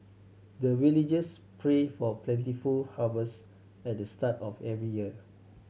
the villagers pray for plentiful harvest at the start of every year